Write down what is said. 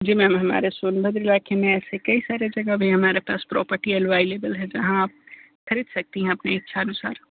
जी ma'am हमारे सोनभद्र इलाक़े में ऐसे कई सारे जगह पर हमारे पास प्रॉपर्टी अलवैलेबल है जहाँ आप ख़रीद सकती हैं इच्छानुसार